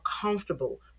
comfortable